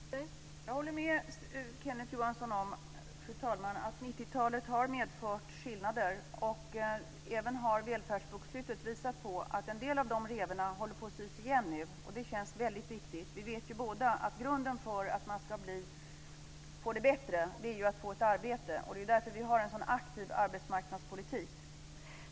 Fru talman! Jag håller med Kenneth Johansson om att 90-talet har medfört skillnader. Även välfärdsbokslutet har visat att en del av dessa revor nu håller på att sys igen, och det känns väldigt viktigt. Vi vet ju båda att grunden för att man ska få det bättre är att få ett arbete. Det är därför som vi för en så aktiv arbetsmarknadspolitik.